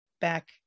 back